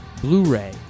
Blu-ray